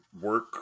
work